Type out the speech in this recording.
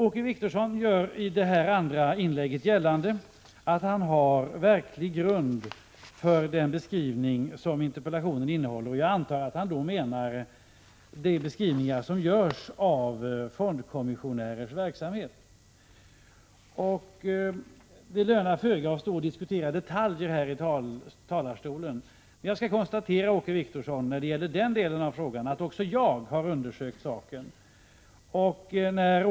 Åke Wictorsson gör i sitt andra inlägg gällande att han har verklig grund för den beskrivning som görs i interpellationen, och jag antar att han då menar beskrivningen av fondkommissionärers verksamhet. Det lönar sig föga att stå här i talarstolen och diskutera detaljer, men jag vill framhålla att också jag har undersökt den delen av frågan.